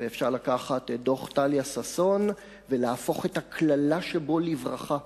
אפשר לקחת את דוח טליה ששון ולהפוך את הקללה שבו לברכה,